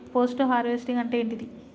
Post harvesting అంటే ఏంటిది?